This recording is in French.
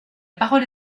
parole